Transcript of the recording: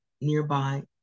nearby